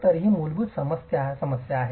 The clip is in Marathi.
तर ही मूलभूत समस्या आहे